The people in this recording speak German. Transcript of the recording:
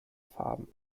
farben